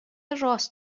راست